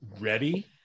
ready